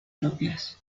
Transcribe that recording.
propias